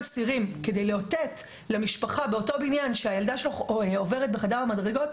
סירים כדי לאותת למשפחה באותו בניין שהילדה שלו עוברת בחדר המדרגות,